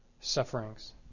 sufferings